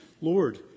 Lord